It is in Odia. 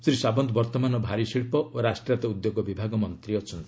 ଶ୍ରୀ ସାବନ୍ତ ବର୍ତ୍ତମାନ ଭାରିଶିଳ୍ପ ଓ ରାଷ୍ଟ୍ରାୟତ୍ତ ଉଦ୍ୟୋଗ ବିଭାଗ ମନ୍ତ୍ରୀ ଅଛନ୍ତି